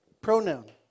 pronoun